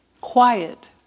quiet